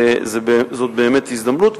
וזו באמת הזדמנות.